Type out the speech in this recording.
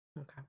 Okay